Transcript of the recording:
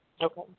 Okay